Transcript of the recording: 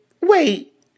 wait